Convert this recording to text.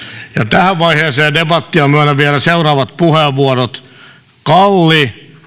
tähän vaiheeseen debattia myönnän vielä seuraavat puheenvuorot kalli